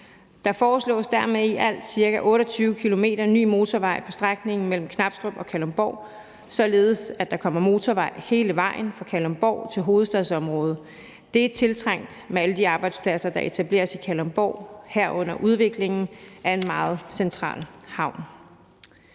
Der foreslås dermed i alt ca. 28 km ny motorvej på strækningen mellem Knabstrup og Kalundborg, således at der kommer motorvej hele vejen fra Kalundborg til hovedstadsområdet. Det er tiltrængt med alle de arbejdspladser, der etableres i Kalundborg, herunder udviklingen af en meget central havn.